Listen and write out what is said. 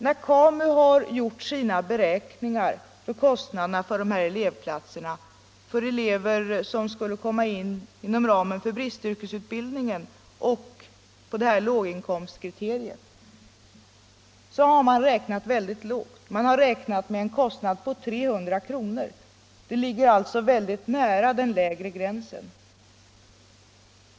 När KAMU gjorde sina beräkningar av kostnaderna för elevplatserna inom ramen för bristutbildningen och elevplatserna på låginkomstkriteriet räknade man mycket lågt och kom fram till en kostnad på 300 kr., dvs. nära den lägre gränsen.